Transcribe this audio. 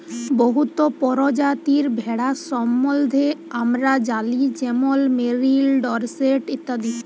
বহুত পরজাতির ভেড়ার সম্বল্ধে আমরা জালি যেমল মেরিল, ডরসেট ইত্যাদি